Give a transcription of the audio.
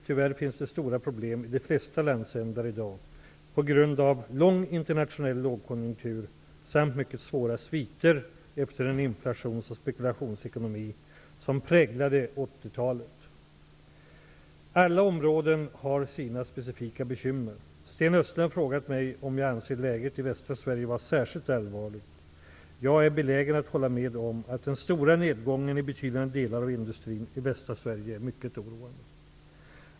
Tyvärr finns det stora problem i de flesta landsändar i dag, på grund av lång internationell lågkonjunktur samt mycket svåra sviter efter den inflations och spekulationsekonomi som präglade 1980-talet. Alla områden har sina specifika bekymmer. Sten Östlund har frågat mig om jag anser läget i västra Sverige vara särskilt allvarligt. Jag är benägen att hålla med om att den stora nedgången i betydande delar av industrin i västra Sverige är mycket oroande.